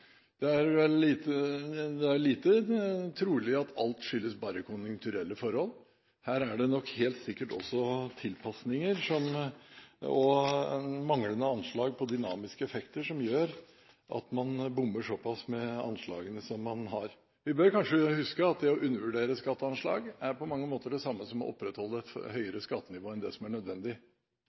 Det er lite trolig at alt bare skyldes konjunkturelle forhold – her er det nok helt sikkert også tilpasninger og manglende anslag på dynamiske effekter som gjør at man bommer såpass med anslagene som man har gjort. Vi bør kanskje huske at det å undervurdere skatteanslag på mange måter er det samme som å opprettholde et høyere skattenivå enn det som er nødvendig